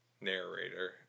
narrator